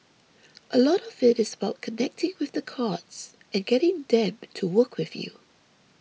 a lot of it is about connecting with the cards and getting them to work with you